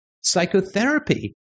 psychotherapy